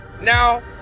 Now